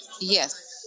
Yes